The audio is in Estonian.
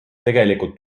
tegelikult